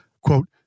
Quote